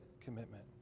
commitment